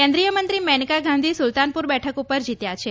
કેન્દ્રીય મંત્રી મેનકા ગાંધી સુલતાનપુર બેઠક ઉપર જીત્યા છે